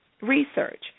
research